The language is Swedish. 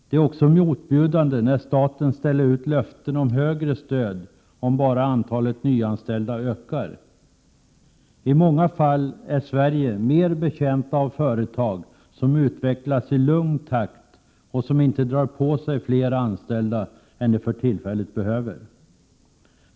Det är också motbjudande när staten ställer ut löften om högre stöd, om bara antalet nyanställda ökar. I många fall är Sverige mer betjänt av företag som utvecklas i en lugn takt och som inte drar på sig fler anställda än de för tillfället behöver.